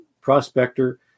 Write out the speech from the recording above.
prospector